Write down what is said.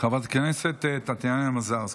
חברת הכנסת טטיאנה מזרסקי.